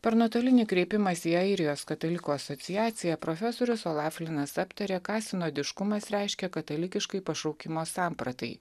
per nuotolinį kreipimąsi į airijos katalikų asociaciją profesorius olafilinas aptarė ką sinodiškumas reiškia katalikiškai pašaukimo sampratai